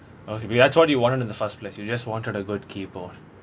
okay that's what you wanted in the first place you just wanted a good keyboard